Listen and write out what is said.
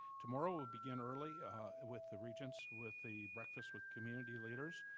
tomorrow we'll begin early with the regents with the breakfast with community leaders,